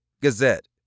Gazette